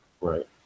right